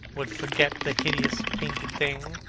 would forget the hideous painted thing,